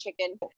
chicken